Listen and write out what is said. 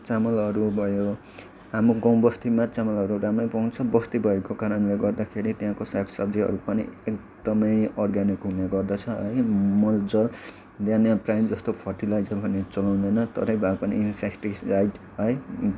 चामलहरू भयो हाम्रो गाउँ बस्तीमा चामलहरू राम्रै पाउँछ बस्ती भएको कारणले गर्दाखेरि त्यहाँको साग सब्जीहरू पनि एकदमै अर्ग्यानिक हुने गर्दछ है मलजल त्यहाँनिर प्राय जस्तो फर्टिलाइजर भने चलाउँदैन तरै भए पनि इन्सेक्टिसाइड है